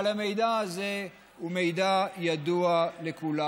אבל המידע הזה הוא מידע ידוע לכולם: